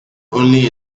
only